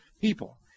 people